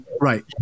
right